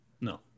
No